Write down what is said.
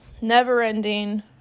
never-ending